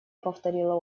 повторила